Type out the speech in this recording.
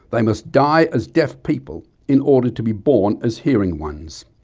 they must die as deaf people in order to be born as hearing ones.